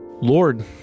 Lord